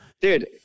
Dude